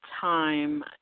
time